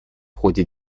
ходе